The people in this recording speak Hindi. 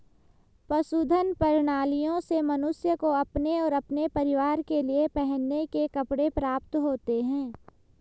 पशुधन प्रणालियों से मनुष्य को अपने और अपने परिवार के लिए पहनने के कपड़े प्राप्त होते हैं